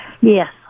Yes